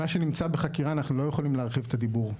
מה שנמצא בחקירה אנחנו לא יכולים להרחיב את הדיבור.